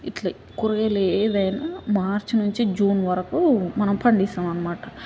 ఇట్లా కూరగాయలు ఏదైనా మార్చి నుంచి జూన్ వరకు మనం పండిస్తాం అనమాట